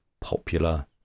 popular